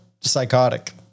psychotic